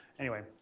anyway,